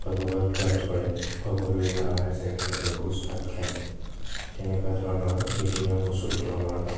ভাগৱত পাঠ কৰে সকলোৱে গাঁৱৰ ৰাইজে একেলগে ভোজ ভাত খায় তেনেকুৱা ধৰণৰ নীতি নিয়ম প্ৰচলিত আমাৰ গাঁৱত